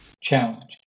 challenge